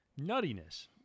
Nuttiness